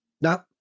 No